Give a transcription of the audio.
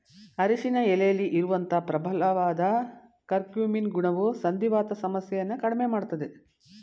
ಅರಿಶಿನ ಎಲೆಲಿ ಇರುವಂತ ಪ್ರಬಲವಾದ ಕರ್ಕ್ಯೂಮಿನ್ ಗುಣವು ಸಂಧಿವಾತ ಸಮಸ್ಯೆಯನ್ನ ಕಡ್ಮೆ ಮಾಡ್ತದೆ